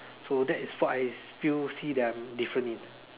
so that is what I feel see that I'm different in